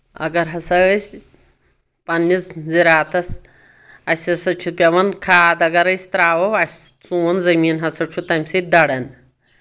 اگر ہسا أسۍ پنٕنِس زِراعتس اَسہِ ہسا چھُ پؠوان کھاد اگر أسۍ ترٛاوو اَسہِ سون زٔمیٖن ہسا چھُ تمہِ سۭتۍ دران